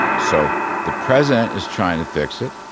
so the president is trying to fix it.